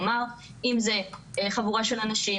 כלומר אם זו חבורה של אנשים,